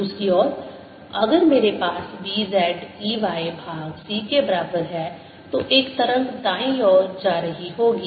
दूसरी ओर अगर मेरे पास B z E y भाग c के बराबर है तो एक तरंग दाईं ओर जा रही होगी